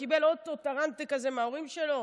קיבל אוטו טרנטה כזה מההורים שלו?